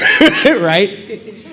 right